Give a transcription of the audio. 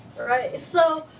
all right? so,